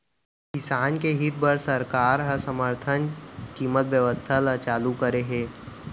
किसान के हित बर सरकार ह समरथन कीमत बेवस्था ल चालू करे हे